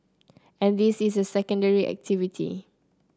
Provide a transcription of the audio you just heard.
and this is a secondary activity